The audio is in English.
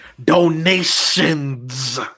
Donations